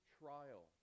trial